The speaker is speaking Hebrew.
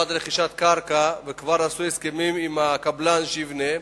לטובת רכישת קרקע, כבר עשו הסכמים עם הקבלן שיבנה,